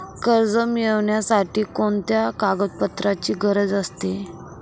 कर्ज मिळविण्यासाठी कोणत्या कागदपत्रांची गरज असते?